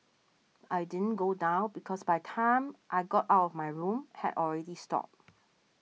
I didn't go down because by time I got out of my room had already stopped